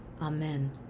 Amen